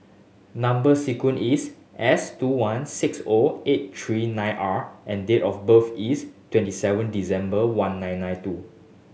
number sequence is S two one six O eight three nine R and date of birth is twenty seven December one nine nine two